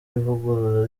ivugurura